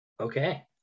Okay